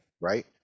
right